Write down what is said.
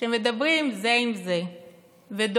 שמדברים זה עם זה ודואגים